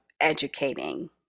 educating